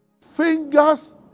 Fingers